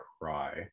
cry